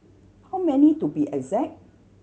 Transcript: how many to be exact